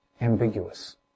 ambiguous